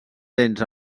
dents